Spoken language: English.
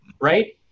Right